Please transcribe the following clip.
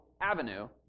avenue